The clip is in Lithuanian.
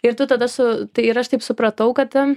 ir tu tada su tai ir aš taip supratau kad